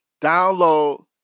Download